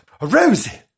rosie